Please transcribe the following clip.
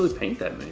paint that